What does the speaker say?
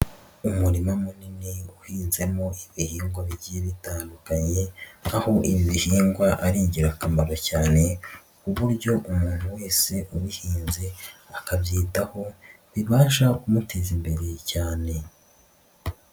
Umurima munini uhinzemo ibihingwa bigiye bitandukanye, aho ibihingwa ari ingirakamaro cyane ku buryo umuntu wese ubihinze akabyitaho, bibasha kumuteraza imbere cyane.